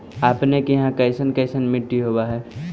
अपने के यहाँ कैसन कैसन मिट्टी होब है?